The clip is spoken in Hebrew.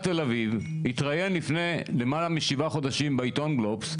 תל-אביב התראיין לפני למעלה משבעה חודשים בעיתון "גלובס",